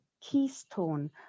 keystone